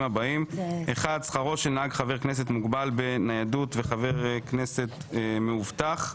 הבאים: שכרו של נהג חבר כנסת מוגבל בניידות וחבר כנסת מאובטח.